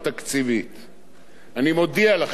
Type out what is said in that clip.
אני מודיע לכם ששר האוצר